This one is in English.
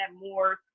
more